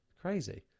crazy